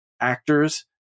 actors